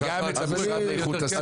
לצרכנות וגם את המשרד לאיכות הסביבה.